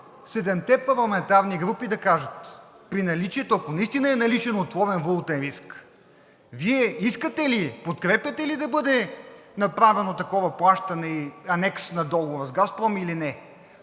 седемте парламентарни групи да кажат: при наличието, ако наистина е наличен отворен валутен риск, Вие искате ли, подкрепяте ли да бъде направено такова плащане, анекс на договора с "Газпром" или не?